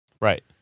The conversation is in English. right